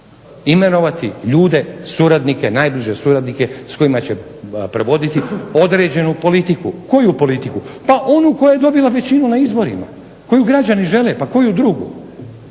imenovati ljude, suradnike, najbliže suradnika s kojima će provoditi određenu politiku. Koju politiku? Pa onu koja je dobila većinu na izborima, koju građani žele pa koju drugu.